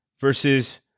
Versus